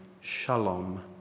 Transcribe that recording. Shalom